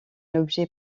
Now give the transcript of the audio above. objet